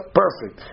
perfect